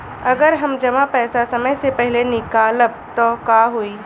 अगर हम जमा पैसा समय से पहिले निकालब त का होई?